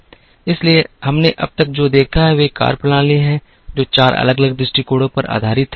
इसलिए हमने अब तक जो देखा है वे कार्यप्रणाली हैं जो चार अलग अलग दृष्टिकोणों पर आधारित हैं